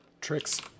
Tricks